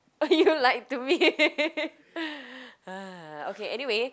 you lied to me ah okay anyway